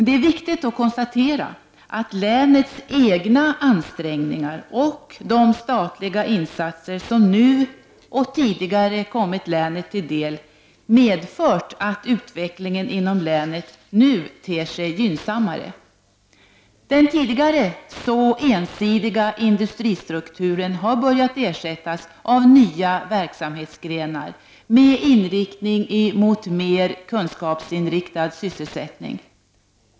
Det är viktigt att konstatera att länets egna ansträngningar och de statliga insatser som nu och tidigare kommit länet till del medfört att utvecklingen inom länet nu ter sig gynnsammare. Den tidigare så ensidiga industristrukturen har börjat ersättas av nya verksamhetsgrenar med inriktning mot mer kunskapsinriktad sysselsättning.